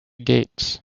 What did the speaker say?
gates